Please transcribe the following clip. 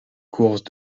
courses